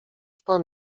pan